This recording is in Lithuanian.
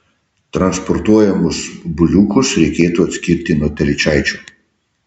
transportuojamus buliukus reikėtų atskirti nuo telyčaičių